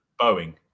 Boeing